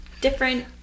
different